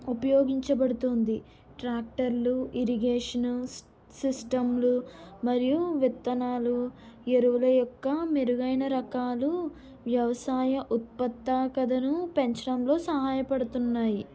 ఉపయోగించబడుతుంది ట్రాక్టర్లు ఇరిగేషన్ సిస్టంలు మరియు విత్తనాలు ఎరువులు యొక్క మెరుగైన రకాలు వ్యవసాయ ఉత్పాదికతను పెంచడంలో సహాయపడుతున్నాయి